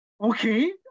okay